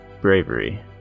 Bravery